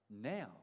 now